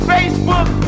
Facebook